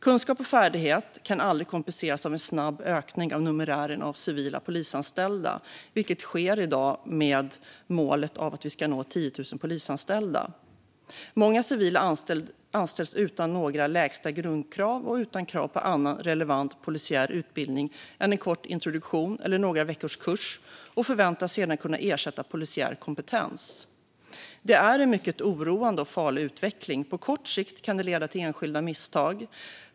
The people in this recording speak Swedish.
Kunskap och färdighet kan aldrig kompenseras av en snabb ökning av numerären av civila polisanställda, vilket sker i dag med målet om att nå 10 000 polisanställda. Många civila anställs utan några lägsta grundkrav och utan krav på annan relevant polisiär utbildning än en kort introduktion eller några veckors kurs. Sedan förväntas man kunna ersätta polisiär kompetens. Detta är en mycket oroande och farlig utveckling. På kort sikt kan det leda till enskilda misstag.